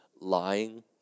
lying